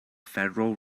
federal